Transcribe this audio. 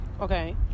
Okay